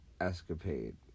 escapade